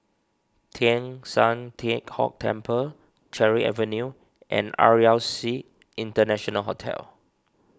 Teng San Tian Hock Temple Cherry Avenue and R E L C International Hotel